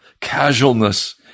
casualness